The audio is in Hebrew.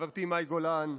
חברתי מאי גולן,